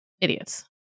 idiots